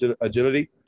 agility